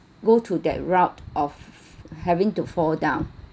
go to that route of having to fall down